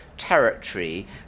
territory